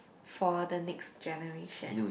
for the next generation